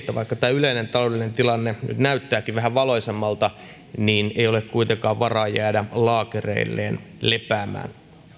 yleinen taloudellinen tilanne nyt näyttääkin vähän valoisammalta niin ei ole kuitenkaan varaa jäädä laakereilleen lepäämään